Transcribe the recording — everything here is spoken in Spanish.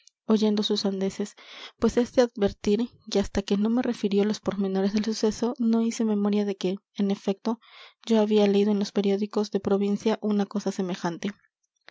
oyendo sus sandeces pues es de advertir que hasta que no me refirió los pormenores del suceso no hice memoria de que en efecto yo había leído en los periódicos de provincia una cosa semejante